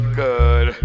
good